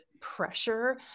pressure